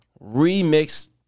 Remix